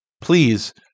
please